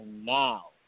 now